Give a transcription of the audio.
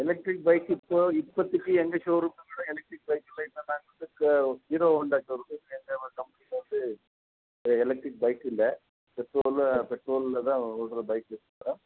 electric bike இப்போது இப்போதைக்கு எங்கள் ஷோரூமில் மேடம் எலக்ட்ரிக் பைக் இல்லைங்க நாங்கள் வந்து ஹீரோ ஹோண்டா ஷோரூம் எங்கள் கம்பெனி வந்து எலக்ட்ரிக் பைக் இல்லை பெட்ரோலில் பெட்ரோலில் தான் பைக் இருக்குது மேடம்